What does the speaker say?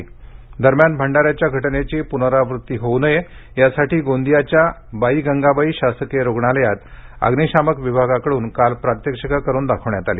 Gondia mock drill दरम्यान भंडाऱ्याच्या घटनेची प्नरावृत्ती होऊ नये यासाठी गोंदियाच्या बाई गंगाबाई शासकीय रुग्णालयात अग्निशामक विभागाकडून काल प्रात्यक्षिकं करून दाखवण्यात आली